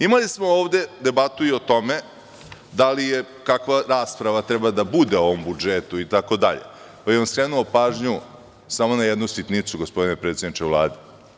Imali smo ovde debatu i o tome kakva rasprava treba da bude o ovom budžetu itd, pa bih vam skrenuo pažnju samo na jednu sitnicu, gospodine predsedniče Vlade.